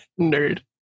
Nerd